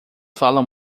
falam